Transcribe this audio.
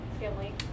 family